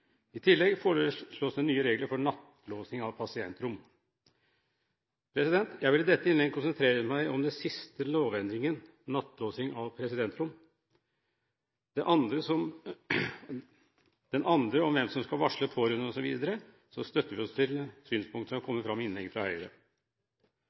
i straffeprosessloven. I tillegg foreslås det nye regler om nattelåsing av pasientrom. Jeg vil i dette innlegget konsentrere meg om den siste lovendringen, nattelåsing av pasientrom. Når det gjelder den andre lovendringen, om hvem som skal varsle pårørende osv., støtter vi oss til